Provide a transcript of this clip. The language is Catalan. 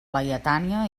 laietània